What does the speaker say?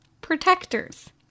protectors